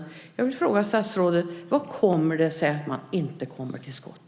Hur kommer det sig att man inte kommer till skott?